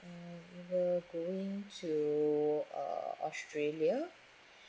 mm we were going to australia